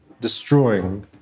destroying